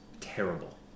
terrible